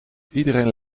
iedereen